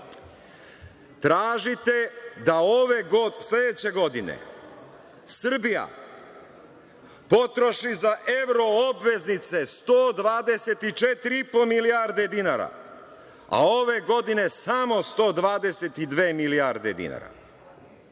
dinara. Tražite da sledeće godine Srbija potroši za evroobveznice 124,5 milijardi dinara, a ove godine samo 122 milijarde dinara.